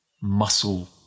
muscle